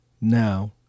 now